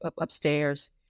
upstairs